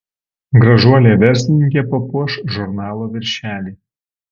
gražuolė verslininkė papuoš žurnalo viršelį